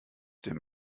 dem